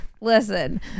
Listen